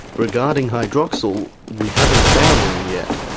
regarding hydroxyl, we haven't found any yet.